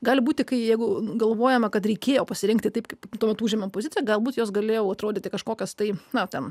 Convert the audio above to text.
gali būti kai jeigu galvojama kad reikėjo pasirinkti taip kaip tuomet užėmė poziciją galbūt jos galėjo atrodyti kažkokios tai na ten